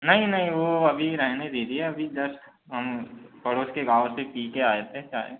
नही नहीं वो अभी रहने दीजिए अभी जस्ट हम पड़ोस के गाँव से पी के आए थे चाय